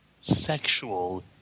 sexual